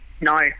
No